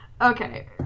Okay